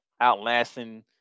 outlasting